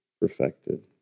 perfected